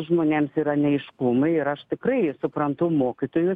žmonėms yra neaiškumai ir aš tikrai suprantu mokytojus